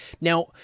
Now